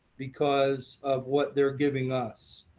because of what they are giving us.